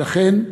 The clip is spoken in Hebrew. ולכן,